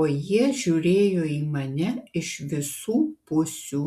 o jie žiūrėjo į mane iš visų pusių